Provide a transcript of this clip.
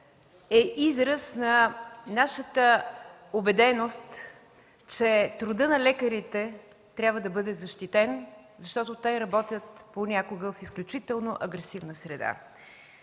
е израз на нашата убеденост, че трудът на лекарите трябва да бъде защитен, защото те работят понякога в изключително агресивна среда.